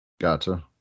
Gotcha